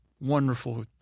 wonderful